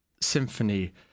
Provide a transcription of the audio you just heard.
Symphony